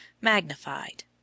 magnified